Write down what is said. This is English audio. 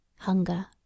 hunger